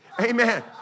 Amen